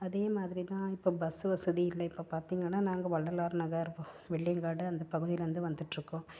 அதே மாதிரி தான் இப்போ பஸ் வசதி இல்லை இப்போ பார்த்தீங்கன்னா நாங்கள் வள்ளலார் நகர் வெள்ளையன் காடு அந்த பகுதிலேருந்து வந்துட்டுருக்கோம்